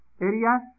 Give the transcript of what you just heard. Area